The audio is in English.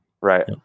Right